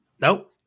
nope